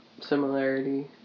similarity